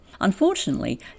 Unfortunately